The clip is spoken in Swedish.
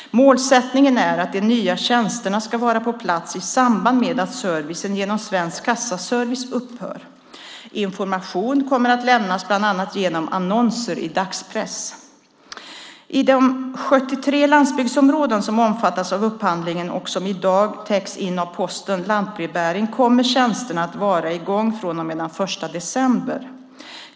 Målsättningen är att de nya tjänsterna ska vara på plats i samband med att servicen genom Svensk Kassaservice upphör. Information kommer att lämnas bland annat genom annonser i dagspress. I de 73 landsbygdsområden som omfattas av upphandlingen och som i dag täcks in av Postens lantbrevbäring kommer tjänsterna att vara i gång från och med den 1 december.